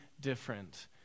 different